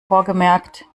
vorgemerkt